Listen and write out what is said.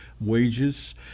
wages